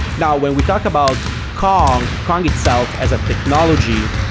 now when we talk about kong, kong itself as a technology,